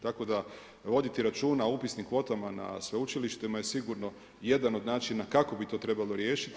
Tako da voditi računa o upisnim kvotama na sveučilištima je sigurno jedan od načina kako bi to trebalo riješiti.